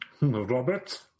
Robert